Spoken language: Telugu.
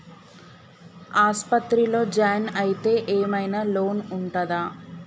ఆస్పత్రి లో జాయిన్ అయితే ఏం ఐనా లోన్ ఉంటదా?